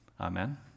amen